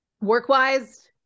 work-wise